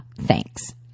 Thanks